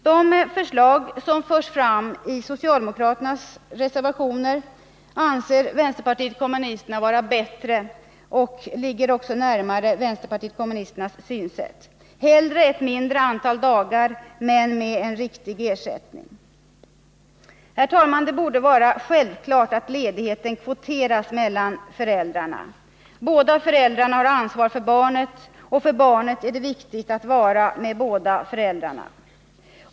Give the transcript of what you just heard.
De förslag som förs fram i socialdemokraternas reservationer anser vänsterpartiet kommunisterna vara bättre — de ligger närmare våra synsätt. Hellre ett mindre antal dagar men med en riktig ersättning. Herr talman! Det borde vara självklart att ledigheten kvoteras mellan föräldrarna. Båda föräldrarna har ansvar för barnet, och för barnet är det viktigt att vara med båda föräldrarna.